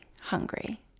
hungry